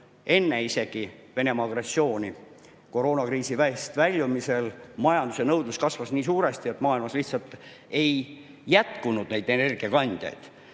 enne isegi Venemaa agressiooni, koroonakriisist väljumisel majanduse nõudlus kasvas nii suuresti, et maailmas lihtsalt ei jätkunud neid energiakandjaid.